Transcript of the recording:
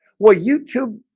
well youtube